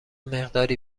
مقداری